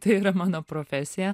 tai yra mano profesija